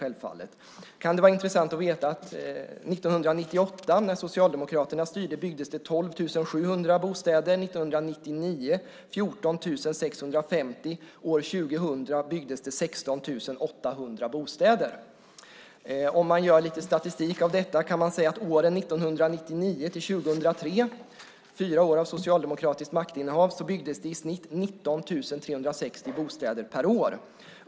Det kan då vara intressant att veta att 1998, när Socialdemokraterna styrde, byggdes det 12 700 bostäder. 1999 byggdes det 14 650 och 2000 byggdes det 16 800 bostäder. Om man gör lite statistik av detta kan man säga att åren 1999-2003, fyra år av socialdemokratiskt maktinnehav, byggdes det i snitt 19 360 bostäder per år.